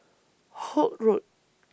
Holt Road